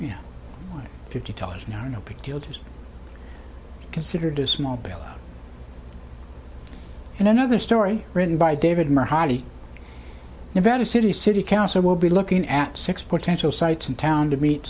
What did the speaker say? t fifty dollars an hour no big deal just considered a small bailout and another story written by david marr heidi nevada city city council will be looking at six potential sites in town to meet